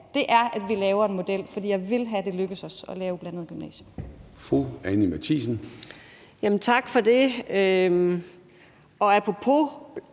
have, er, at vi laver en model, for jeg vil have, at det lykkes os at lave et blandet gymnasium.